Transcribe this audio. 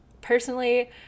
Personally